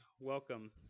welcome